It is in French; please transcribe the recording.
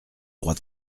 droit